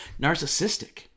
narcissistic